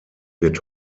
wird